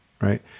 right